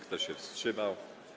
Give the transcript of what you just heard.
Kto się wstrzymał?